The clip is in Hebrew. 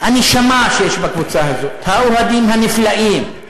הנשמה שיש בקבוצה הזאת, האוהדים הנפלאים.